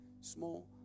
small